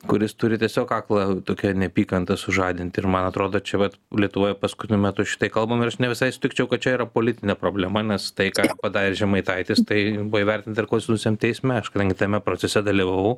kuris turi tiesiog aklą tokią neapykantą sužadint ir man atrodo čia vat lietuvoje paskutiniu metu šitai kalbam ir aš ne visai sutikčiau kad čia yra politinė problema nes tai padarė žemaitaitis tai buvo įvertinta ir konstituciniam teisme aš kadangi tame procese dalyvavau